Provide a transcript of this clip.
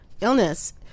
illness